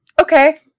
Okay